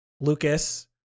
Lucas